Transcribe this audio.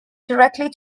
directly